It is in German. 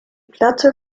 platte